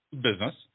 Business